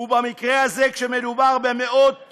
ובמקרה הזה, כשמדובר במאות